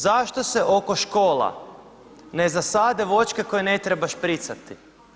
Zašto se oko škola ne zasade voćke koje ne treba špricati?